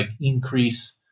increase